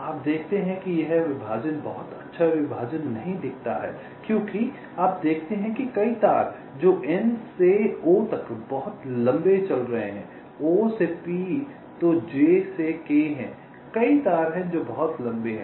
आप देखते हैं कि यह विभाजन बहुत अच्छा विभाजन नहीं दिखता है क्योंकि आप देखते हैं कि कई तार हैं जो N से O तक बहुत लंबे चल रहे हैं O से P तो J से K हैं कई तार हैं जो बहुत लंबे हैं